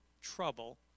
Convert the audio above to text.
trouble